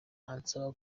ansaba